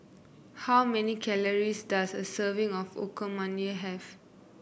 how many calories does a serving of Okonomiyaki have